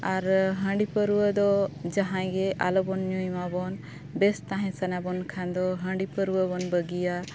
ᱟᱨ ᱦᱟᱺᱰᱤ ᱯᱟᱹᱨᱣᱟᱹ ᱫᱚ ᱡᱟᱦᱟᱸᱭ ᱜᱮ ᱟᱞᱚ ᱵᱚᱱ ᱧᱩᱭ ᱢᱟᱵᱚᱱ ᱵᱮᱥ ᱛᱟᱦᱮᱸ ᱥᱟᱱᱟᱵᱚᱱ ᱠᱷᱟᱱ ᱫᱚ ᱦᱟᱺᱰᱤ ᱯᱟᱹᱣᱨᱟᱹ ᱵᱚᱱ ᱵᱟᱹᱜᱤᱭᱟ